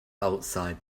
outside